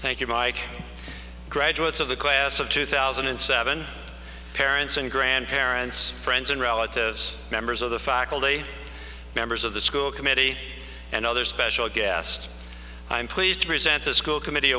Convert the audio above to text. thank you mike graduates of the class of two thousand and seven parents and grandparents friends and relatives members of the faculty members of the school committee and other special guest i'm pleased to present a school committee